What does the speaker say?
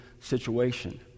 situation